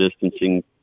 distancing